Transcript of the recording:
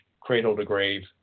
cradle-to-grave